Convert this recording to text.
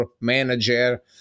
manager